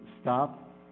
stop